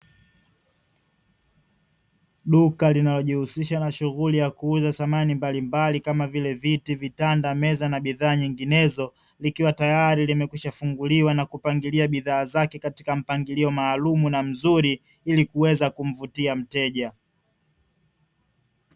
Duka linalojihusisha na shughuli ya kuuza samani mbalimbali kama vile: viti, vitanda, meza na bidhaa nyinginezo, likiwa tayari limekwisha funguliwa na kupangilia bidhaa zake katika mpangilio maalum na mzuri ili kuweza kumvutia mteja.